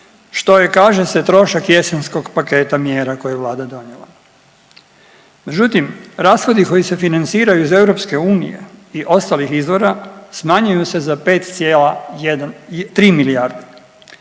što je kaže se trošak jesenskog paketa mjera koje je vlada donijela. Međutim, rashodi koji se financiraju iz EU i ostalih izvora smanjuju se za 5,3 milijarde,